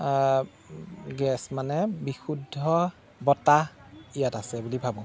gas মানে বিশুদ্ধ বতাহ ইয়াত আছে বুলি ভাবোঁ